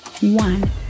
one